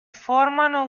formano